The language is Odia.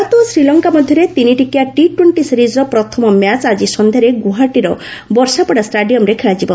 କିକେଟ୍ ଭାରତ ଓ ଶ୍ରୀଲଙ୍କା ମଧ୍ୟରେ ତିନିଟିକିଆ ଟି ଟ୍ୱେଣ୍ଟି ସିରିଜ୍ର ପ୍ରଥମ ମ୍ୟାଚ୍ ଆଜି ସନ୍ଧ୍ୟାରେ ଗ୍ରଆହାଟୀର ବର୍ଷାପଡ଼ା ଷ୍ଟାଡିୟମ୍ରେ ଖେଳାଯିବ